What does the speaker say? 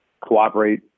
cooperate